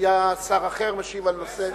היה שר אחר משיב על נושא,